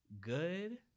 good